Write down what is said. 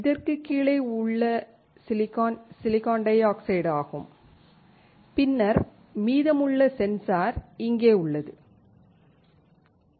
இதற்கு கீழே உள்ள சிலிக்கான் SiO2 ஆகும் பின்னர் மீதமுள்ள சென்சார் இங்கே உள்ளது மேலே